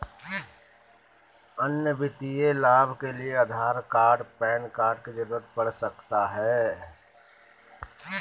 अन्य वित्तीय लाभ के लिए आधार कार्ड पैन कार्ड की जरूरत पड़ सकता है?